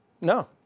No